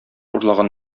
урлаган